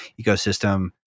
ecosystem